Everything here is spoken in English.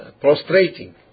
prostrating